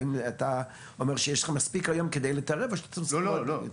האם אתה אומר שיש לכם מספיק היום כדי להתערב או שאתם צריכים עוד יותר?